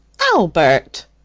albert